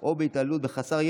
רבותיי